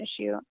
issue